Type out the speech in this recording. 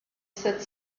sept